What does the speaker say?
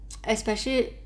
especially